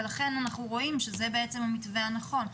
ולכן אנחנו רואים שזה המתווה הנכון.